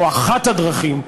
או אחת הדרכים,